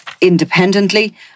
independently